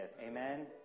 Amen